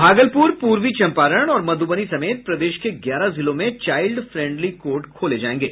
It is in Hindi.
भागलपुर पूर्वी चम्पारण और मधुबनी समेत प्रदेश के ग्यारह जिलों में चाईल्ड फ्रेंडली कोर्ट खोले जायेंगे